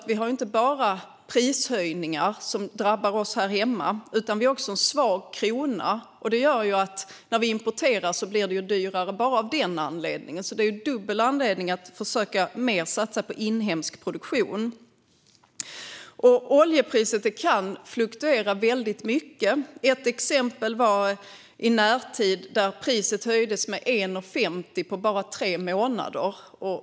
Vi har inte bara prishöjningar som drabbar oss här hemma utan också en svag krona. Det gör att när vi importerar blir det dyrare bara av den anledningen, så vi har dubbla anledningar att satsa mer på inhemsk produktion. Oljepriset kan fluktuera väldigt mycket. Ett exempel i närtid var när priset höjdes med 1,50 på bara tre månader.